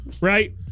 right